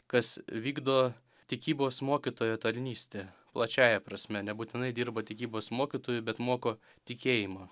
kas vykdo tikybos mokytojo tarnystę plačiąja prasme nebūtinai dirba tikybos mokytoju bet moko tikėjimo